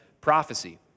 prophecy